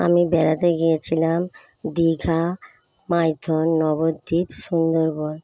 আমি বেড়াতে গিয়েছিলাম দীঘা মাইথন নবদ্বীপ সুন্দরবন